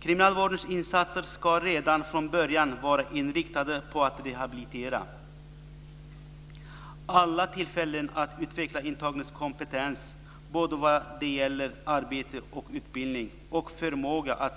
Kriminalvårdens insatser ska redan från början vara inriktade på att rehabilitera. Alla tillfällen att utveckla intagnas kompetens, både vad gäller arbete, utbildning och social förmåga